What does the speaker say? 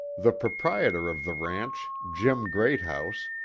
the proprietor of the ranch, jim greathouse,